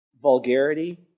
vulgarity